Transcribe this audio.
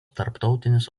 tarptautinis